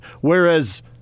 Whereas